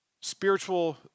spiritual